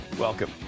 welcome